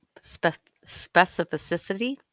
specificity